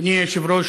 אדוני היושב-ראש,